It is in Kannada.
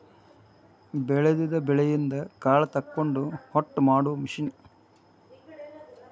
ಬೆಳದಿದ ಬೆಳಿಯಿಂದ ಕಾಳ ತಕ್ಕೊಂಡ ಹೊಟ್ಟ ಮಾಡು ಮಿಷನ್